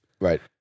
right